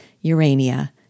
Urania